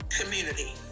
community